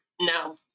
no